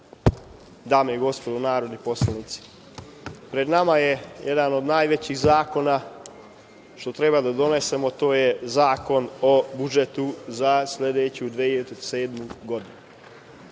dame i gospodo narodni poslanici. Pred nama je jedan od najvećih zakona što treba da donesemo, to je Zakon o budžetu za sledeću 2017. godinu.